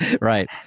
Right